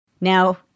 Now